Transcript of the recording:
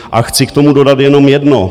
A chci k tomu dodat jenom jedno.